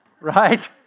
right